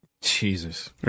Jesus